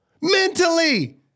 mentally